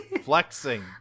Flexing